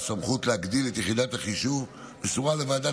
הסמכות להגדיל את יחידת החישוב מסורה לוועדה